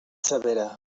severa